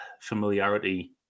familiarity